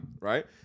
right